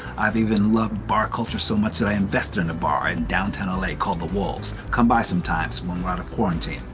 i've even loved bar culture so much that i invested in a bar in downtown l a. called the wolves. come by sometime when we're out of quarantine.